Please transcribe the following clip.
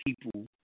people